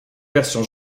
versions